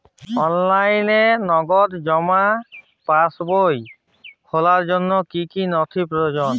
অনলাইনে নগদ জমা পাসবই খোলার জন্য কী কী নথি প্রয়োজন?